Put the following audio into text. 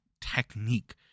technique